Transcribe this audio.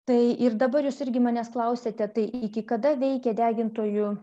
tai ir dabar jūs irgi manęs klausiate tai iki kada veikė degintojų